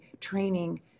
training